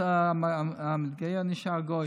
אז המתגייר נשאר גוי.